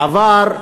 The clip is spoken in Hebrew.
בעבר,